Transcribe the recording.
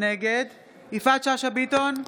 נגד יפעת שאשא ביטון,